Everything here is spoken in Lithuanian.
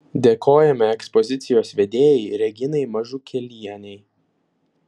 dėkojame ekspozicijos vedėjai reginai mažukėlienei